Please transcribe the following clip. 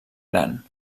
gran